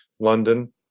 london